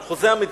על חוזה המדינה,